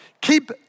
Keep